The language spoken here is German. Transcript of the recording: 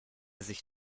sich